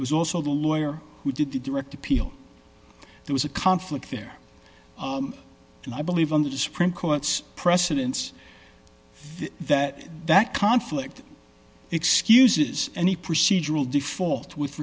case was also the lawyer who did the direct appeal there was a conflict there and i believe under the supreme court's precedents that that conflict excuses any procedural default with